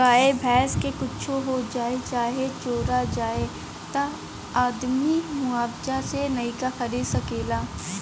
गाय भैंस क कुच्छो हो जाए चाहे चोरा जाए त आदमी मुआवजा से नइका खरीद सकेला